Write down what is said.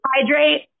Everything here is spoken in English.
Hydrate